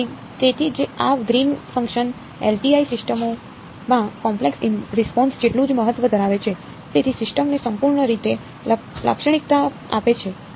તેથી તેથી જ આ ગ્રીન ફંકશન LTI સિસ્ટમોમાં ઇમ્પલ્સ રિસ્પોન્સ જેટલું જ મહત્વ ધરાવે છે તે સિસ્ટમને સંપૂર્ણ રીતે લાક્ષણિકતા આપે છે